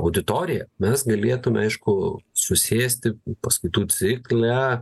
auditorija mes galėtume aišku susėsti paskaitų cikle